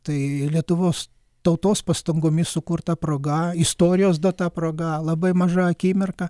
tai lietuvos tautos pastangomis sukurta proga istorijos duota proga labai maža akimirka